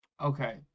Okay